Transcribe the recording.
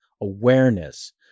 awareness